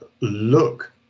look